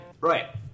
Right